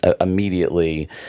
immediately